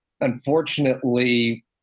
Unfortunately